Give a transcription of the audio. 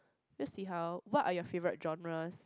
let's see how what are your favourite genres